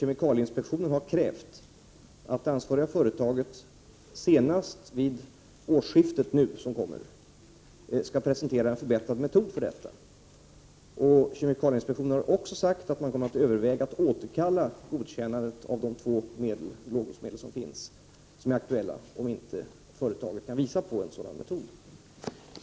Kemikalieinspektionen har krävt att det ansvariga företaget senast vid årsskiftet 1988-1989 presenterar en bättre metod i detta avseende. Dessutom har kemikalieinspektionen sagt att man kommer att överväga att återkalla godkännandet av de två lågdosmedel som är aktuella, om inte företaget i fråga kan visa på en godtagbar metod.